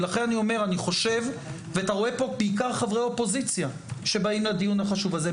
אתה רואה פה בעיקר חברי אופוזיציה שבאים לדיון החשוב הזה.